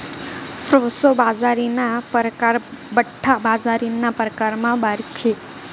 proso बाजरीना परकार बठ्ठा बाजरीना प्रकारमा बारीक शे